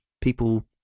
people